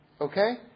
Okay